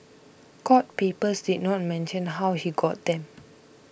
court papers did not mention how he got them